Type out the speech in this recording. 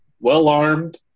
well-armed